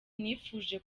nifuje